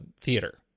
theater